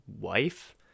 wife